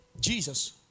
Jesus